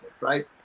right